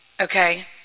okay